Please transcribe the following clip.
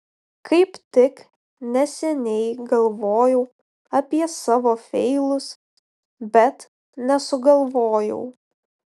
kaip tik neseniai galvojau apie savo feilus bet nesugalvojau